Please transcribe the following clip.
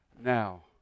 now